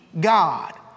God